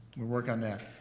we'll work on that.